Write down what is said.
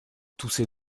toussez